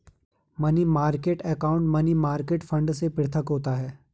money market account money market fund से पृथक होता है